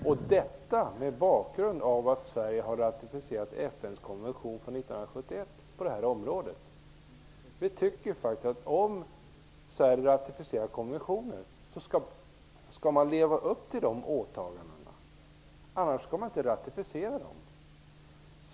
Bakgrunden till detta är att Sverige har ratificerat FN:s konvention från 1971 på det här området. Om Sverige har ratificerat konventioner skall vi också leva upp till de åtagandena, annars skall vi inte ratificera konventionerna.